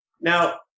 Now